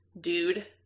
dude